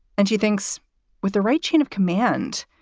and she thinks with the right chain of command,